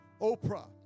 Oprah